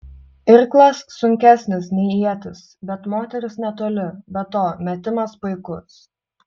irklas sunkesnis nei ietis bet moteris netoli be to metimas puikus